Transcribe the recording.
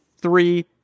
three